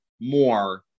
more